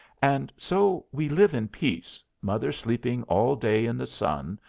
and so we live in peace, mother sleeping all day in the sun,